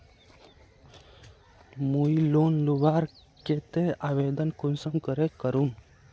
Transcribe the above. मुई लोन लुबार केते आवेदन कुंसम करे करूम?